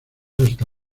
hasta